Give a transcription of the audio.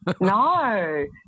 no